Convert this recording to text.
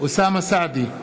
אוסאמה סעדי,